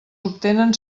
obtenen